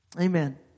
Amen